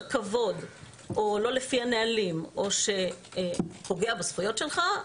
כבוד או לא לפי הנהלים או פוגע בזכויות שלך,